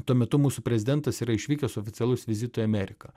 tuo metu mūsų prezidentas yra išvykęs oficialaus vizitui į ameriką